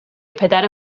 پدر